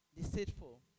Deceitful